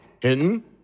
Hinton